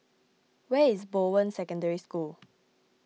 where is Bowen Secondary School